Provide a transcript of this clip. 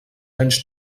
anys